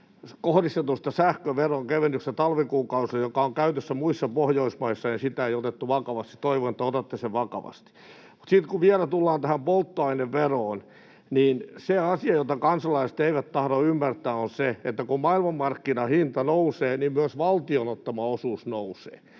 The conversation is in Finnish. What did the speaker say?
kohdistetusta sähköveron kevennyksestä talvikuukausina, joka on käytössä muissa Pohjoismaissa, ei otettu vakavasti. Toivon, että otatte sen vakavasti. Mutta sitten kun vielä tullaan tähän polttoaineveroon, niin se asia, jota kansalaiset eivät tahdo ymmärtää, on se, että kun maailmanmarkkinahinta nousee, myös valtion ottama osuus nousee,